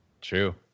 True